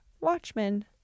Watchmen